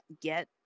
get